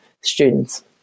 students